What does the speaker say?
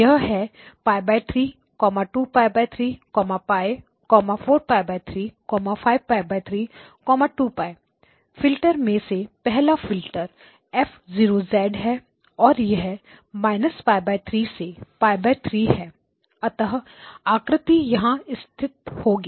यह है π3 2π3 π 4π3 5π3 2π फिल्टर में से पहला फिल्टर F0 है और यह π3 से π3 है अतः आकृति यहां स्थित होगी